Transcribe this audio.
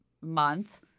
month